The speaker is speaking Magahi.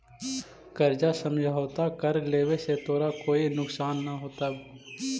कर्जा समझौता कर लेवे से तोरा कोई नुकसान न होतवऽ